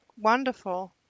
Wonderful